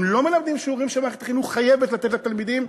הם לא מלמדים שיעורים שמערכת החינוך חייבת לתת לתלמידים,